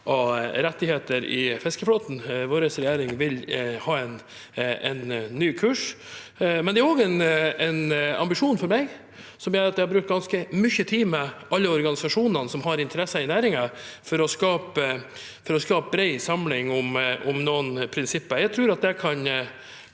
av rettigheter i fiskeflåten som vi har sett – vår regjering vil ha en ny kurs. Det er også en ambisjon for meg – som har gjort at jeg har brukt ganske mye tid med alle organisasjonene som har interesser i næringen – å skape bred samling om noen prinsipper. Jeg tror det kan